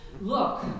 Look